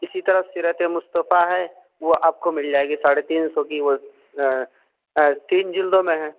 اسی طرح سیرت مصطفیٰ ہے وہ آپ کو مل جائے گی ساڑھے تین سو کی وہ تین جلدوں میں ہے